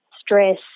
stress